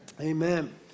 Amen